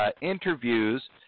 Interviews